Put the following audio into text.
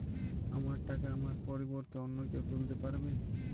আমার টাকা আমার পরিবর্তে অন্য কেউ তুলতে পারবে?